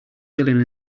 dylan